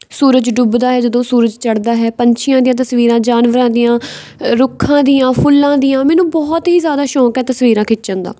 ਸੂਰਜ ਡੁੱਬਦਾ ਹੈ ਜਦੋਂ ਸੂਰਜ ਚੜ੍ਹਦਾ ਹੈ ਪੰਛੀਆਂ ਦੀਆਂ ਤਸਵੀਰਾਂ ਜਾਨਵਰਾਂ ਦੀਆਂ ਰੁੱਖਾਂ ਦੀਆਂ ਫੁੱਲਾਂ ਦੀਆਂ ਮੈਨੂੰ ਬਹੁਤ ਹੀ ਜ਼ਿਆਦਾ ਸ਼ੌਕ ਹੈ ਤਸਵੀਰਾਂ ਖਿੱਚਣ ਦਾ